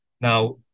Now